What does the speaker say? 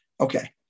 okay